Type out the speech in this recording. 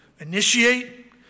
initiate